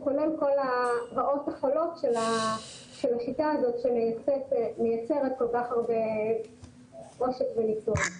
כולל כל הרעות החולות של השיטה הזאת שמייצרת כל כך הרבה עושק וניצול.